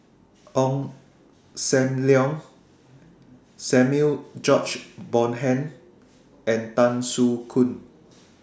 Ong SAM Leong Samuel George Bonham and Tan Soo Khoon